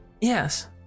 Yes